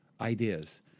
ideas